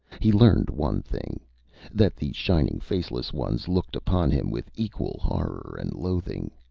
he learned one thing that the shining faceless ones looked upon him with equal horror and loathing.